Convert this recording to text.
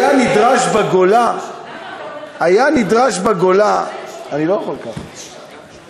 היה נדרש, אתה יודע מה אתה מזכיר לי?